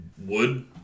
wood